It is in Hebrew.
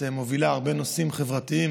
את מובילה הרבה נושאים חברתיים,